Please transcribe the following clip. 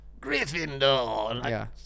Gryffindor